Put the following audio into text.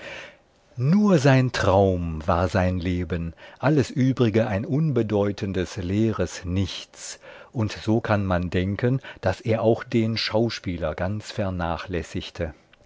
nur sein traum war sein leben alles übrige ein unbedeutendes leeres nichts und so kann man denken daß er auch den schauspieler ganz vernachlässigte